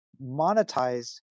monetized